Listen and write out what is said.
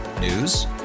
News